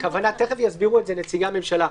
תיכף יסבירו את זה נציגי הממשלה.